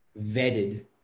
vetted